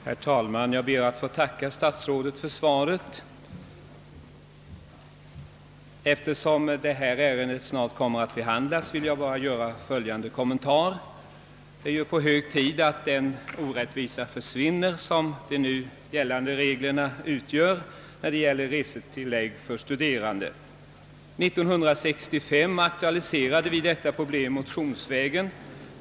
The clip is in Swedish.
Herr talman! Jag ber att få tacka statsrådet för svaret. Eftersom detta ärende snart kommer att behandlas vill jag bara göra följande kommentar. Det är hög tid att den orättvisa försvinner som de nu gällande reglerna utgör när det gäller resetillägg för studerande. År 1965 aktualiserade vi detta problem motionsvägen.